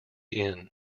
inn